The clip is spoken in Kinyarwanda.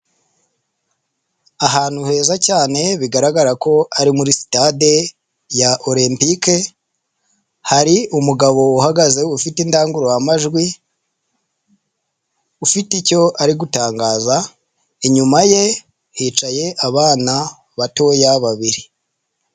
Ahantu heza cyane bigaragara ko ari muri sitade ya Olempike, hari umugabo uhagaze ufite indangururamajwi, ufite icyo ari gutangaza inyuma ye hicaye abana batoya babiri.